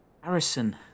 Harrison